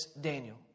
Daniel